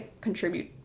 contribute